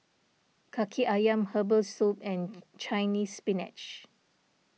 Kaki Ayam Herbal Soup and Chinese Spinach